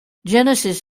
genesis